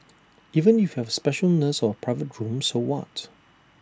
even if you have A special nurse or A private room so what